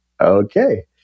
okay